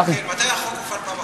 מתי החוק הופעל פעם אחרונה?